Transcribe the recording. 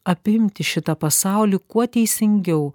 apimti šitą pasaulį kuo teisingiau